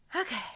Okay